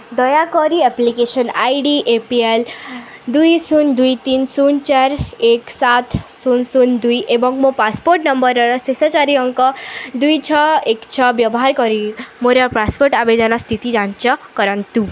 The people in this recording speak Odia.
ଦୟାକରି application I D A P L ଦୁଇ ଶୂନ ଦୁଇ ତିନି ଶୂନ ଚାରି ଏକ ସାତ ଶୂନ ଶୂନ ଦୁଇ ଏବଂ ମୋ ପାସପୋର୍ଟ୍ ନମ୍ବର୍ର ଶେଷ ଚାରି ଅଙ୍କ ଦୁଇ ଛଅ ଏକ ଛଅ ବ୍ୟବହାର କରି ମୋର ପାସପୋର୍ଟ୍ ଆବେଦନ ସ୍ଥିତି ଯାଞ୍ଚ କରନ୍ତୁ